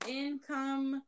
income